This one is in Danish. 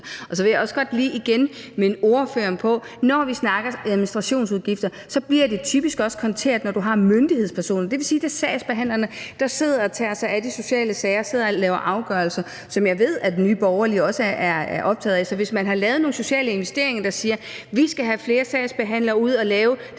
Så vil jeg også godt lige igen minde ordføreren om, at når vi snakker administrationsudgifter, bliver de typisk også konteret, for det er myndighedspersoner, der har med det at gøre, og det vil sige, at det er sagsbehandlerne, der sidder og tager sig af de sociale sager og sidder og laver afgørelser, som jeg ved at Nye Borgerlige også er optaget af. Så hvis man har lavet nogle sociale investeringer, der siger, at vi skal have flere sagsbehandlere ud at lave den